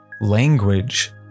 language